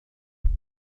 الكل